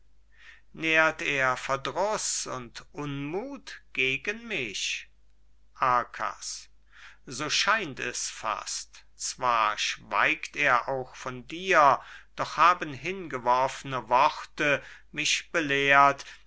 nährt er verdruß und unmuth gegen mich arkas so scheint es fast zwar schweigt er auch von dir doch haben hingeworfne worte mich belehrt